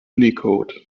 unicode